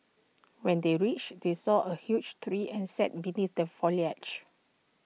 when they reached they saw A huge tree and sat beneath the foliage